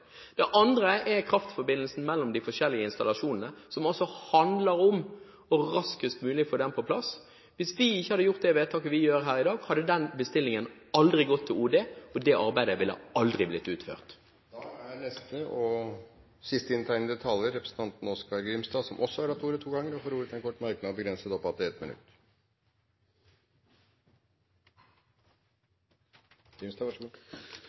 Det andre er kraftforbindelsen mellom de forskjellige installasjonene, som også handler om raskest mulig å få den på plass. Hvis vi ikke hadde gjort det vedtaket vi gjør her i dag, hadde den bestillingen aldri gått til OD, og det arbeidet ville aldri blitt utført. Siste inntegnede taler er representanten Oskar J. Grimstad. Grimstad har hatt ordet to ganger tidligere og får ordet til en kort merknad, begrenset til